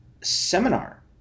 Seminar